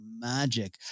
magic